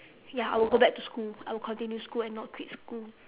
ya I would go back to school I would continue school and not quit school